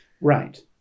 Right